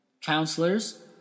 Counselors